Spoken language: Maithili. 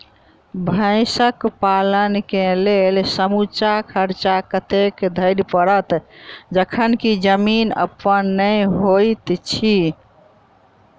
भैंसक पालन केँ लेल समूचा खर्चा कतेक धरि पड़त? जखन की जमीन अप्पन नै होइत छी